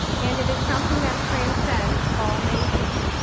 and it is something that transcends all majors.